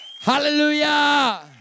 Hallelujah